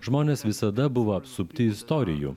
žmonės visada buvo apsupti istorijų